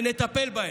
ונטפל בהם.